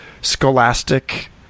scholastic